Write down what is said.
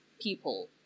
people